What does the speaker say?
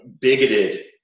bigoted